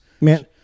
Man